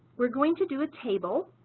we're going to do a table